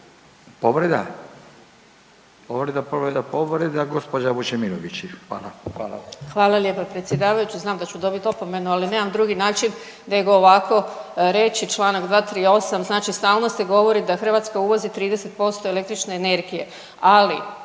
**Vučemilović, Vesna (Hrvatski suverenisti)** Hvala lijepa predsjedavajući. Znam da ću dobit opomenu, ali nemam drugi način nego ovako reći čl. 238., znači stalno se govori da Hrvatska uvozi 30% električne energije, ali